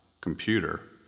computer